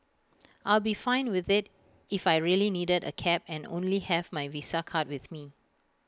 I'll be fine with IT if I really needed A cab and only have my visa card with me